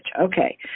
okay